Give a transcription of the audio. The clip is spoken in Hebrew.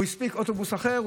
הוא הספיק אוטובוס אחר,